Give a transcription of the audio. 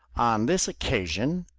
on this occasion,